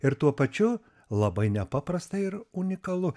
ir tuo pačiu labai nepaprasta ir unikalu